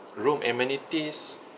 room amenities